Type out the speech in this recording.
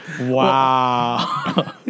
Wow